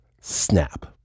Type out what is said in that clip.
snap